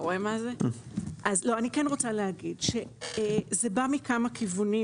אני רוצה להגיד שזה בא מכמה כיוונים